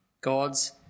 God's